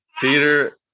peter